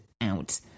Out